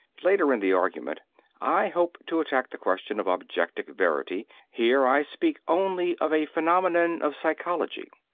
later in the argument i hope to attack the question of objective verity here i speak only of a phenomenon of psychology.